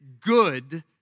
good